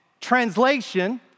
translation